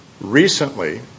Recently